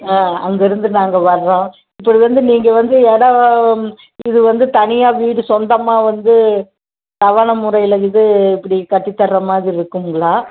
ஆ அங்கேருந்து நாங்கள் வர்றோம் இப்படி வந்து நீங்கள் வந்து இடம் இது வந்து தனியாக வீடு சொந்தமாக வந்து தவணை முறையில் இது இப்படி கட்டித் தர்ற மாதிரி இருக்கும்ங்களா